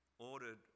ordered